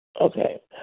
Okay